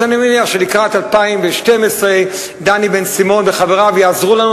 אז אני מניח שלקראת 2012 דני בן-סימון וחבריו יעזרו לנו,